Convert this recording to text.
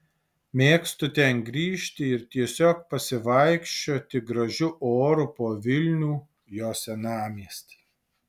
mėgstu ten grįžti ir tiesiog pasivaikščioti gražiu oru po vilnių jo senamiestį